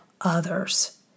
others